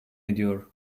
ediyor